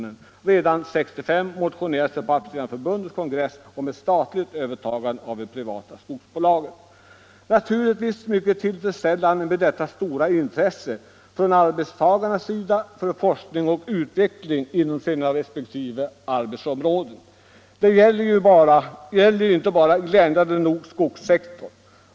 Redan 1965 motionerades det till Pappersindustriarbetareförbundets kongress om ett statligt övertagande av de privata skogsbolagen. Det är mycket tillfredsställande med detta stora intresse från arbetstagarnas sida för forskning och utveckling inom resp. arbetsområden — detta gäller ju inte bara skogssektorn, glädjande nog.